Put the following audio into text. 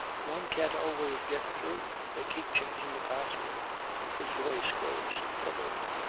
one can't always get through. they keep changing the password his voice grows troubled.